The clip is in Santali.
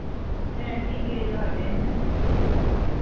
ᱦᱮᱸ ᱴᱷᱤᱠ ᱜᱮ ᱡᱚᱦᱟᱨ ᱜᱮ ᱦᱮᱸ